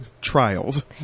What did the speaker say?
trials